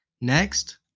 Next